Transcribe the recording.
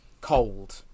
Cold